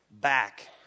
back